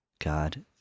God